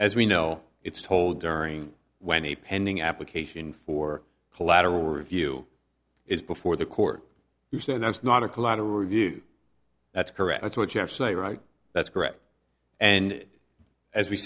as we know it's told during when a pending application for collateral review is before the court you said that's not a collateral review that's correct that's what you have say right that's correct and as we